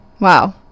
Wow